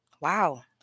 wow